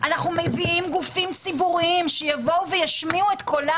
מביאים גופים ציבוריים שישמיעו את קולם